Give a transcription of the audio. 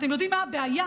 אתם יודעים מה הבעיה?